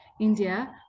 India